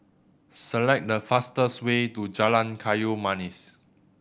select the fastest way to Jalan Kayu Manis